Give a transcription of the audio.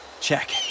check